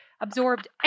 absorbed